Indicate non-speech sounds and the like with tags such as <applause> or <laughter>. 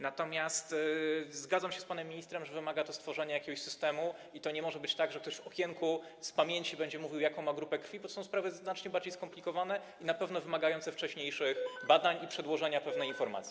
Natomiast zgadzam się z panem ministrem, że wymaga to stworzenia jakiegoś systemu i to nie może być tak, że ktoś przy okienku będzie mówił z pamięci, jaką ma grupę krwi, bo to są sprawy znacznie bardziej skomplikowane i na pewno wymagające wcześniejszych badań <noise> i przedłożenia pewnej informacji.